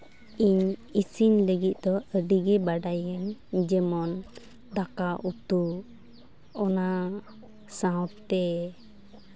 ᱤᱧ ᱤᱥᱤᱱ ᱞᱟᱹᱜᱤᱫ ᱫᱚ ᱟᱹᱰᱤᱜᱮ ᱵᱟᱰᱟᱭᱟᱹᱧ ᱡᱮᱢᱚᱱ ᱫᱟᱠᱟ ᱩᱛᱩ ᱚᱱᱟ ᱥᱟᱶᱛᱮ